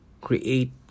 create